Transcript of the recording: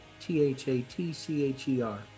T-H-A-T-C-H-E-R